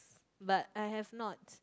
but I have not